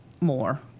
more